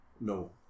no